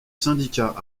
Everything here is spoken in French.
syndicat